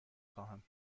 خواهم